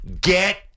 Get